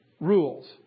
rules